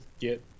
get